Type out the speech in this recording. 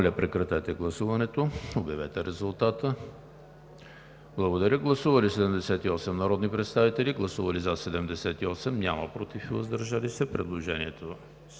Благодаря